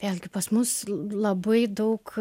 vėlgi pas mus labai daug